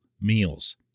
meals